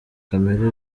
kamere